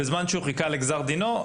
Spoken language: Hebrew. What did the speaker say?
בזמן שהוא חיכה לגזר דינו,